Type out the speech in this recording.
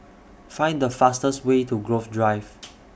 Find The fastest Way to Grove Drive